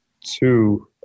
two